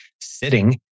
sitting